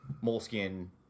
moleskin